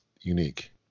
unique